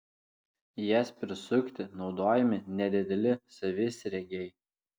jas prisukti naudojami nedideli savisriegiai